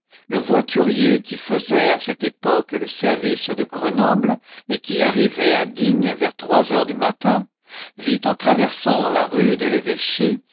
le voiturier qui faisait à cette époque le service de grenoble et qui arrivait à digne vers trois heures du matin vit en traversant la rue de l'évêché